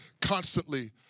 constantly